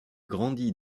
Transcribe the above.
grandit